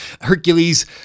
Hercules